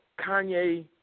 Kanye